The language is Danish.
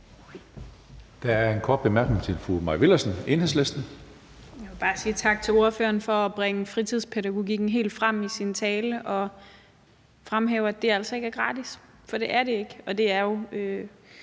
Der er en kort bemærkning til fru Mai Villadsen, Enhedslisten. Kl. 17:24 Mai Villadsen (EL): Jeg vil bare sige tak til ordføreren for at bringe fritidspædagogikken helt frem i sin tale og fremhæve, at det altså ikke er gratis. For det er det ikke, og det er jo